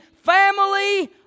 family